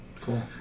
Cool